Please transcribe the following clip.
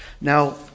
Now